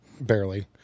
Barely